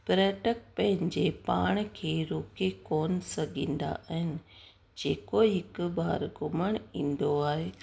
पर्यटक पंहिंजे पाण खे रोके कोन सघंदा आहिनि जेको हिकु बार घुमणु ईंदो आहे